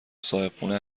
صاحبخونه